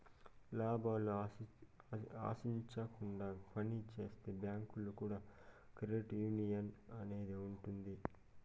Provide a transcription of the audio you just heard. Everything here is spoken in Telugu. లాభాలు ఆశించకుండా పని చేసే బ్యాంకుగా క్రెడిట్ యునియన్ అనేది ఉంటది